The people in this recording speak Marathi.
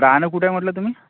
रहाणं कुठे आहे म्हटलं तुम्ही